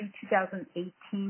2018